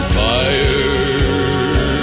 fire